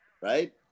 right